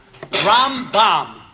Rambam